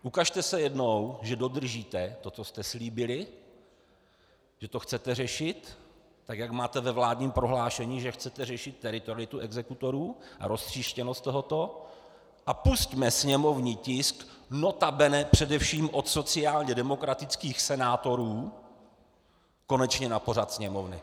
Ukažte se jednou, že dodržíte to, co jste slíbili, že to chcete řešit, tak jak máte ve vládním prohlášení, že chcete řešit teritorialitu exekutorů a roztříštěnost tohoto, a pusťme sněmovní tisk, nota bene především od sociálně demokratických senátorů, konečně na pořad Sněmovny.